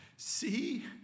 See